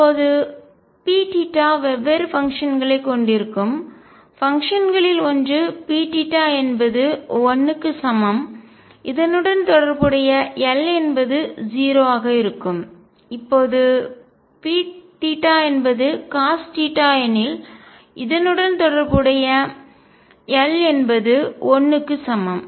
இப்போது Pθ வெவ்வேறு ஃபங்க்ஷன்கள்களை கொண்டிருக்கும் ஃபங்க்ஷன்கள் களில் ஒன்று Pθ என்பது 1 க்கு சமம் இதனுடன் தொடர்புடைய l என்பது 0 ஆக இருக்கும்இப்போது Pθ என்பது காஸ் θ எனில் இதனுடன் தொடர்புடைய l என்பது 1 க்கு சமம்